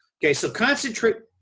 okay? so, concentrate.